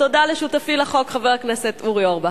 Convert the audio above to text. תודה לשותפי לחוק, חבר הכנסת אורי אורבך.